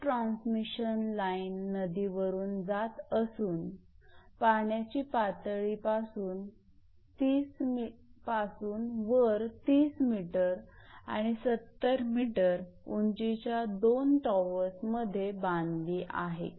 एक transmission line नदीवरून जास्त असून पाण्याच्या पातळी पासून वर 30𝑚 आणि 70𝑚 उंचीच्या दोन टॉवर्समध्ये बांधली आहे